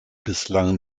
bislang